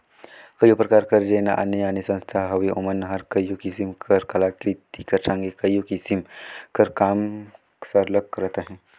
कइयो परकार कर जेन आने आने संस्था हवें ओमन हर कइयो किसिम कर कलाकृति कर संघे कइयो किसिम कर काम सरलग करत अहें